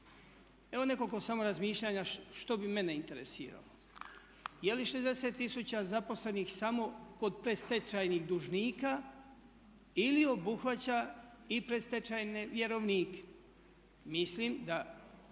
Evo nekoliko samo razmišljanja što bi mene interesiralo. Je li 60 tisuća zaposlenih samo kod predstečajnih dužnika ili obuhvaća i predstečajne vjerovnike? Mislim da